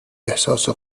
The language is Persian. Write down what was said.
احساس